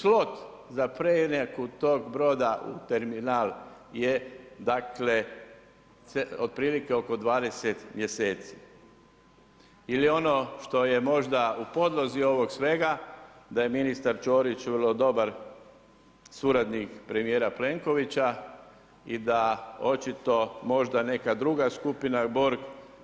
Slot za preinaku tog broda u terminal je otprilike oko 20 mjeseci ili ono što je možda u podlozi ovog svega da je ministar Ćorić vrlo dobar suradnik premijera Plenkovića i da očito možda neka druga skupina Borg